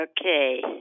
Okay